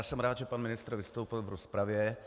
Jsem rád, že pan ministr vystoupil v rozpravě.